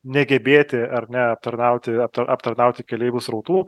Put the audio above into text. negebėti ar neaptarnauti apta aptarnauti keleivių srautų